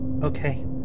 Okay